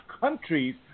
countries